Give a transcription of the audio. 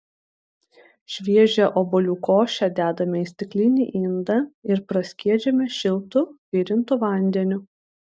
šviežią obuolių košę dedame į stiklinį indą ir praskiedžiame šiltu virintu vandeniu